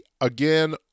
Again